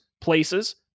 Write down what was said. places